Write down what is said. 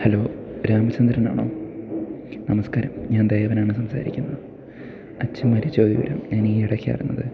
hello രാമചന്ദ്രനാണോ നമസ്കാരം ഞാൻ ദേവനാണ് സംസാരിക്കുന്നത് അച്ഛൻ മരിച്ച വിവരം ഞാൻ ഈ ഇടയ്ക്ക് അറിഞ്ഞത്